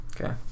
Okay